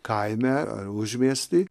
kaime ar užmiesty